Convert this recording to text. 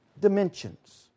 dimensions